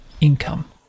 income